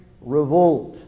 Revolt